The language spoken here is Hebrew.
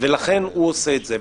ולכן הוא עושה את זה.